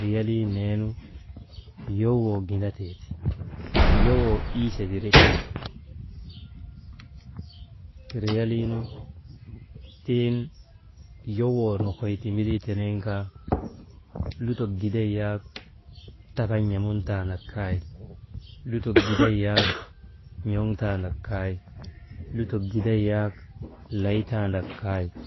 riyalii tene mbujeen jaa lolii tiigunu herti, riyalii loliii mbujee tiigununu riyalii tiŋ kan nefis neneenugu drufontee ti, riyalii tiŋ kan lutoo gidaynugu dumnan drak tee ti, hedimee ŋan̰andaa niin̰ee yak jaa eyegu tam turŋoonu riyalii lolii dukostee naa ta mii kaa hedim zire, riyalii lolii melee tiigununu, hedimee yak jaa ŋan nin̰aandaa riyalii n̰ilii mbuujee tiŋ ner niyek kan her ti. N̰ee niyek kan her ta, riyalii tiŋ kan lutok yak giday ke drak taandak kay, iichek nenegu yowok tiyoka matta ziretee ti, kay nenee kay taŋ naa kan, ahal nu kan dumnan lutok giday yak drak tandak kay timil ta giday kaa, beer nir ta giday kaa, dildilak n̰ilik ta giday kaa gidaygu dum drak.